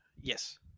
Yes